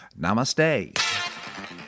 Namaste